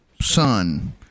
son